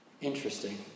Interesting